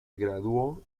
graduó